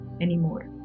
anymore